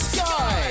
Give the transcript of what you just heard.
Sky